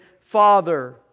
Father